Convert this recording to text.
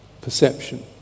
perception